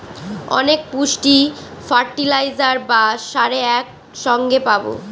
অনেক পুষ্টি ফার্টিলাইজার বা সারে এক সঙ্গে পাবো